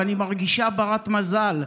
ואני מרגישה בת-מזל,